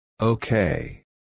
Okay